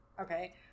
Okay